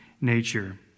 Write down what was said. nature